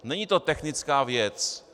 Není to technická věc.